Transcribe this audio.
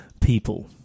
people